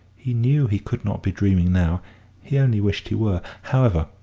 he knew he could not be dreaming now he only wished he were. however,